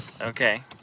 Okay